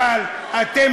אבל אתם